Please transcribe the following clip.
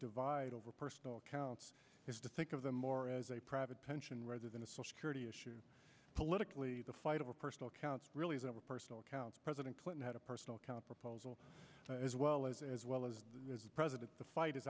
divide over personal accounts is to think of them more as a private pension rather than a source curity issue politically the fight over personal accounts really isn't a personal accounts president clinton had a personal account proposal as well as as well as the president the fight is